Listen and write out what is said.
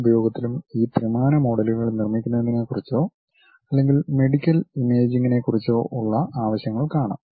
പല ഉപയോഗത്തിലും ഈ ത്രിമാന മോഡലുകൾ നിർമ്മിക്കുന്നതിനെക്കുറിച്ചോ അല്ലെങ്കിൽ മെഡിക്കൽ ഇമേജിംഗിനെക്കുറിച്ചോ ഉള്ള ആവശ്യങ്ങൾക്ക് ആണ്